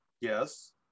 Yes